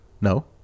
no